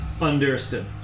Understood